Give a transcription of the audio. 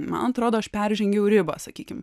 man atrodo aš peržengiau ribą sakykim